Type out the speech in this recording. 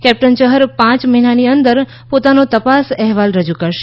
captain Chahar પાંય મહિનાની અંદર પોતાનો તપાસ અહેવાલ રજૂ કરશે